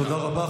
תודה רבה.